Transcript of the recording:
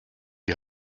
die